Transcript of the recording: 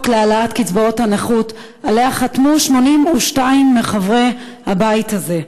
להעלאת קצבאות הנכות שעליה חתמו 82 מחברי הבית הזה.